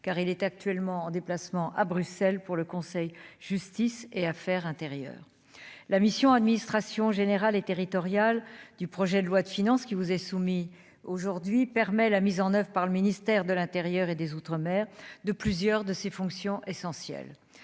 car il est actuellement en déplacement à Bruxelles pour le Conseil Justice et affaires intérieures, la mission Administration générale et territoriale du projet de loi de finances, qui vous est soumis aujourd'hui permet la mise en oeuvre par le ministère de l'Intérieur et des Outre-mer de plusieurs de ses fonctions essentielles